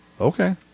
Okay